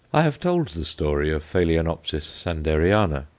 i have told the story of phaloenopsis sanderiana.